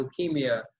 leukemia